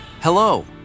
Hello